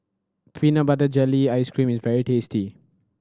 peanut butter jelly ice cream is very tasty